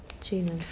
Gina